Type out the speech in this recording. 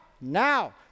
Now